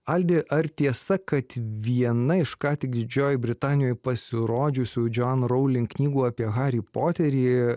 aldi ar tiesa kad viena iš ką tik didžiojoj britanijoj pasirodžiusių joanne rowling knygų apie harį poterį